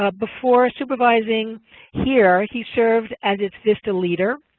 ah before supervising here, he served as its vista leader.